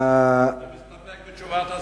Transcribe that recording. אני מסתפק בתשובת השר.